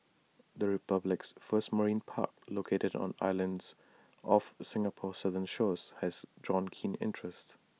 the republic's first marine park located on islands off Singapore's southern shores has drawn keen interest